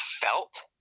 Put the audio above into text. felt